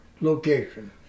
location